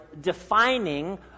defining